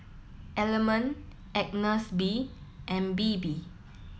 element Agnes B and Bebe